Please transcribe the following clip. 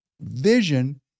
vision